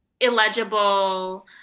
illegible